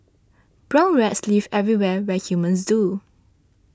brown rats live everywhere where humans do